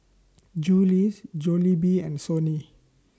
Julie's Jollibee and Sony